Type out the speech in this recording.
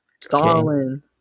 stalin